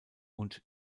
und